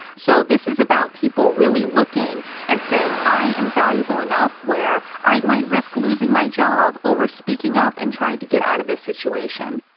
so this is about people really looking and saying i am valuable enough where i might risk losing my job over speaking up and trying to get out of this situation.